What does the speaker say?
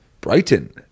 Brighton